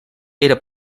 era